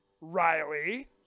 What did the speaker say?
Riley